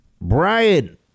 Brian